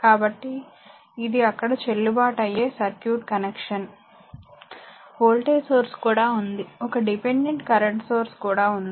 కాబట్టి ఇది అక్కడ చెల్లుబాటు అయ్యే సర్క్యూట్ కనెక్షన్ వోల్టేజ్ సోర్స్ కూడా ఉంది ఒక డిపెండెంట్ కరెంట్ సోర్స్ కూడా ఉంది